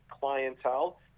clientele